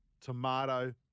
tomato